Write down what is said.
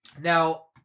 Now